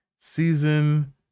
Season